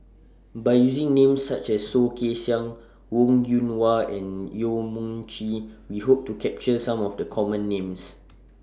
By using Names such as Soh Kay Siang Wong Yoon Wah and Yong Mun Chee We Hope to capture Some of The Common Names